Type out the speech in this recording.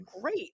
great